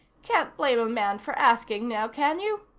can't blame a man for asking, now, can you?